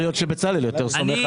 ראש אגף התקציבים, בקשה.